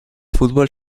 futbol